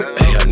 hey